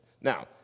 Now